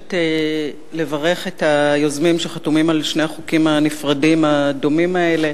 מבקשת לברך את היוזמים שחתומים על שני החוקים הנפרדים הדומים האלה,